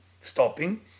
stopping